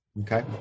Okay